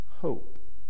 hope